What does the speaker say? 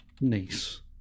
niece